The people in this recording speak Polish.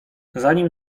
zanim